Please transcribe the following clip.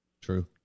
True